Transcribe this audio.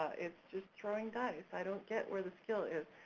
it's just throwing dice, i don't get where the skill is,